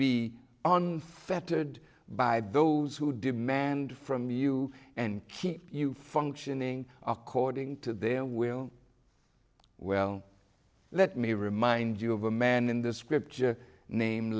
unfettered by those who demand from you and keep you functioning according to their will well let me remind you of a man in the scripture name